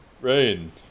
rain